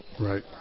Right